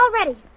already